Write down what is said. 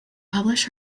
publish